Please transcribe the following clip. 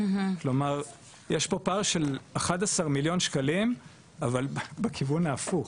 כלומר יש פה פער של 11 מיליון שקלים אבל בכיוון ההפוך.